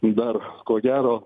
dar ko gero